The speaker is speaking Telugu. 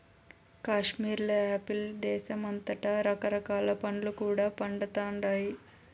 కాశ్మీర్ల యాపిల్ దేశమంతటా రకరకాల పండ్లు కూడా పండతండాయి